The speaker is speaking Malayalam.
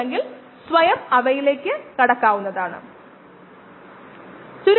ഡൈ എക്സ്ക്ലൂഷൻ രീതി തത്വമാണത്